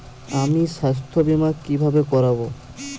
আমি স্বাস্থ্য বিমা কিভাবে করাব?